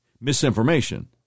misinformation